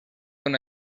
una